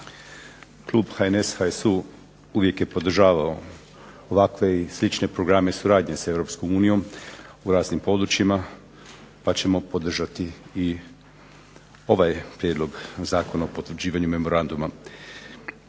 Klub HNS, HSU uvijek je podržavao ovakve i slične programe suradnje sa Europskom unijom u raznim područjima, pa ćemo podržati i ovaj Prijedlog zakona o potvrđivanju memoranduma.